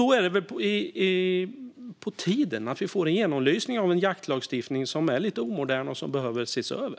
Då är det väl på tiden att vi får en genomlysning av en jaktlagstiftning som är lite omodern och behöver ses över?